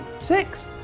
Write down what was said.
six